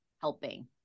helping